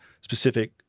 specific